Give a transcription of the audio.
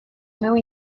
meu